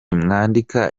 mwandika